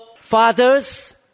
fathers